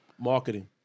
Marketing